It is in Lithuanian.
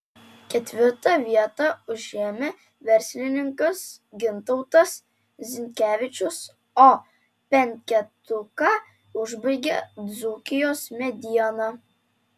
ketvirtą vietą užėmė verslininkas gintautas zinkevičius o penketuką užbaigė dzūkijos mediena